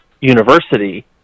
University